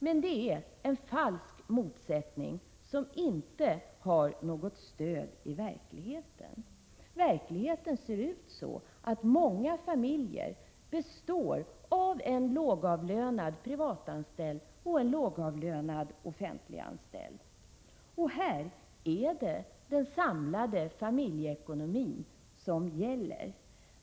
Men det är en falsk motsättning, som inte har något stöd i verkligheten. I verkligheten består många familjer av en lågavlönad privatanställd och en lågavlönad offentliganställd. Här är det den samlade familjeekonomin som gäller.